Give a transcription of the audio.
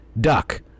Duck